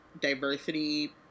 diversity